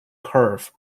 curve